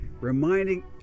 reminding